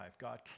God